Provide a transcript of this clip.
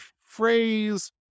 phrase